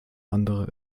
andere